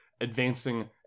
advancing